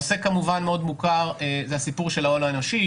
נושא כמובן מאוד מוכר זה הסיפור של ההון האנושי,